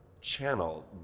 channel